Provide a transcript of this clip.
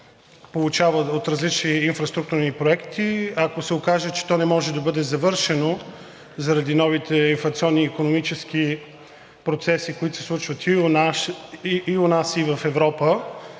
от различни инфраструктурни проекти, ако се окаже, че то не може да бъде завършено заради новите инфлационни икономически процеси, които се случват и у нас, и в Европа.